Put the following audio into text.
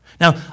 Now